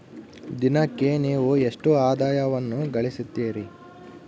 ದಿನಕ್ಕೆ ನೇವು ಎಷ್ಟು ಆದಾಯವನ್ನು ಗಳಿಸುತ್ತೇರಿ?